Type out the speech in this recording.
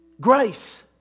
Grace